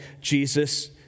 Jesus